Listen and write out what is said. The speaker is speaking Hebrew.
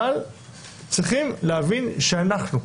אבל צריכים להבין שאנחנו,